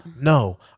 no